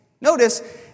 Notice